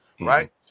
Right